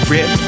Rip